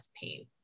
pain